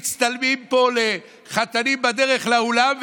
מצטלמים פה חתנים בדרך לאולם,